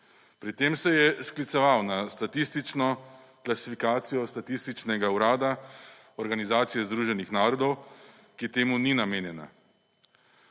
Pri tem se je skliceval na statistično klasifikacijo Statističnega urada Organizacije Združenih narodov, ki temu ni namenjena.